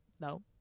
no